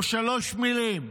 או שלוש מילים: